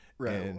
right